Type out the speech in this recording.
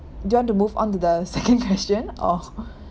do you want to move on to the second question or